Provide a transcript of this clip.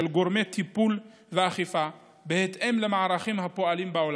גורמי טיפול והאכיפה בהתאם למערכים הפועלים בעולם.